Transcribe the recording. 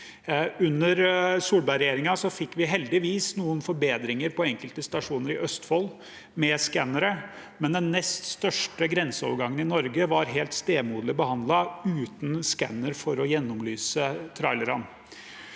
Under Solberg-regjeringen fikk vi heldigvis noen forbedringer på enkelte stasjoner i Østfold med scannere, men den nest største grenseovergangen i Norge ble stemoderlig behandlet – den er uten scanner for å gjennomlyse trailerne.